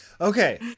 Okay